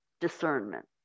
Discernment